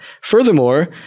Furthermore